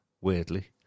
weirdly